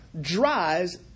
dries